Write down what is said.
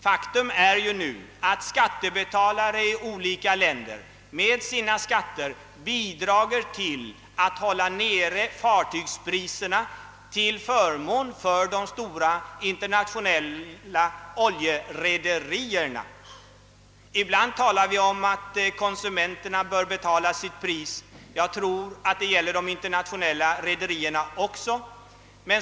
Faktum är att skattebetalare i olika länder för närvarande bidrar till att hålla nere fartygspriserna till förmån för de stora internationella oljerederierna. Ibland talar vi om att konsumenterna bör betala sitt pris. Jag anser att det också bör gälla rederierna.